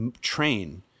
train